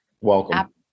Welcome